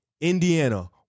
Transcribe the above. Indiana